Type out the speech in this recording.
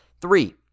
Three